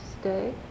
stay